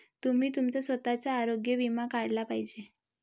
तुम्ही तुमचा स्वतःचा आरोग्य विमा काढला पाहिजे